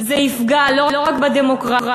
זה יפגע לא רק בדמוקרטיה,